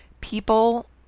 people